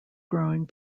growing